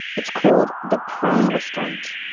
it's called the prone restraint.